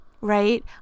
right